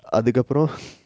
அதுகப்ரோ:athukapro